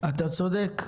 אתה צודק,